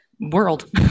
world